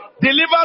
Deliver